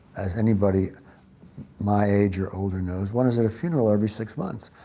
as anybody my age or older knows, one is at a funeral every six months.